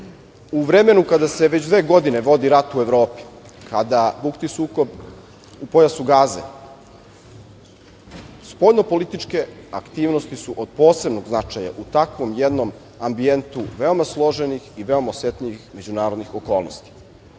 vremenu kada se već dve godine vodi rat u Evropi, kada bukti sukob u pojasu Gaze, spoljnopolitičke aktivnosti su od posebnog značaja u takvom jednom ambijentu veoma složenih i veoma osetljivih međunarodnih okolnosti.